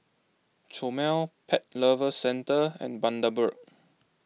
Chomel Pet Lovers Centre and Bundaberg